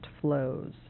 flows